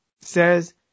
says